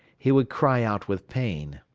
he would cry out with pain.